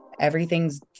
everything's